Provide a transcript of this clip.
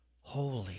holy